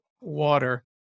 water